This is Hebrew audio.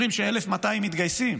אומרים ש-1,200 מתגייסים,